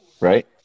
right